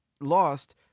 lost